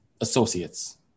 associates